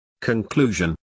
Conclusion